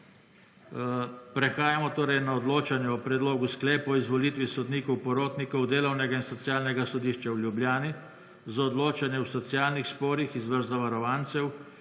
Prehajamo torej na odločanje o predlogu sklepa o izvolitvi sodnikov porotnikov Delovnega in socialnega sodišča v Ljubljani za odločanje v socialnih sporih iz vrst zavarovancev,